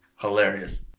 hilarious